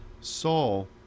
Saul